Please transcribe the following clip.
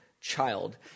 child